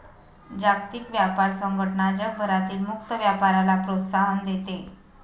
जागतिक व्यापार संघटना जगभरातील मुक्त व्यापाराला प्रोत्साहन देते